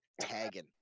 tagging